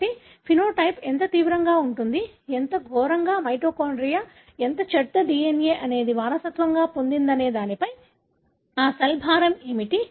కాబట్టి ఫెనోటైప్ ఎంత తీవ్రంగా ఉంటుంది ఎంత ఘోరమైన మైటోకాండ్రియా ఎంత చెడ్డ DNA అనేది వారసత్వంగా పొందిందనే దానిపై ఆ సెల్ భారం ఏమిటి